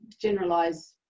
generalize